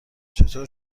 چطور